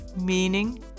meaning